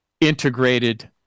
integrated